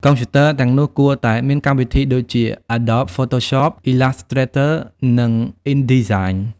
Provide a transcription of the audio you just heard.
កុំព្យូទ័រទាំងនោះគួរតែមានកម្មវិធីដូចជា Adobe Photoshop, Illustrator និង InDesign។